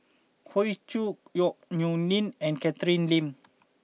Hoey Choo Yong Nyuk Lin and Catherine Lim